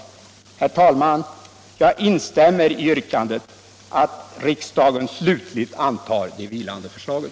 Herr talman! Jag instämmer i yrkandet att riksdagen slutligt antar de vilande förslagen.